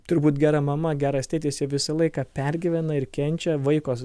turbūt gera mama geras tėtis jie visą laiką pergyvena ir kenčia vaiko